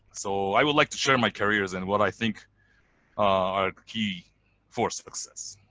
so i would like to share my careers and what i think are key for success.